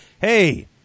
hey